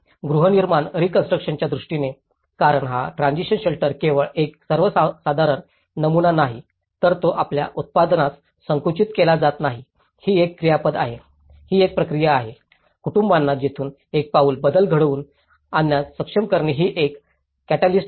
गृहनिर्माण रीकॉन्स्ट्रुकशनच्या दृष्टीने कारण हा ट्रान्सिशन शेल्टर केवळ एक सर्वसाधारण नमुना नाही तर तो आपल्या उत्पादनास संकुचित केला जात नाही ही एक क्रियापद आहे ही एक प्रक्रिया आहे कुटुंबांना येथून एक पाऊल बदल घडवून आणण्यास सक्षम करणे ही एक कॅटॅलीस्ट आहे